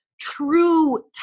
true